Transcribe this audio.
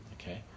Okay